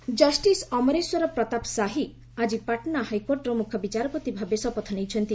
Bihar chief justice justice Amareshwar Pratap Sahi ଆଜି ପାଟନା ହାଇକୋର୍ଟର ମୁଖ୍ୟ ବିଚାରପତି ଭାବେ ଶପଥ ନେଇଛନ୍ତି